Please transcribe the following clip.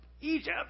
Egypt